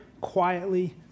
quietly